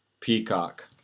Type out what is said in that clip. Peacock